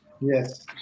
Yes